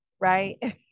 right